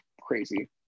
crazy